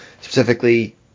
Specifically